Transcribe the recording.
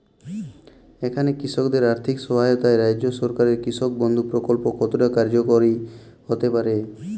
এখানে কৃষকদের আর্থিক সহায়তায় রাজ্য সরকারের কৃষক বন্ধু প্রক্ল্প কতটা কার্যকরী হতে পারে?